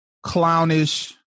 clownish